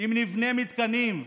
אם נבנה מתקנים,